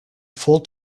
full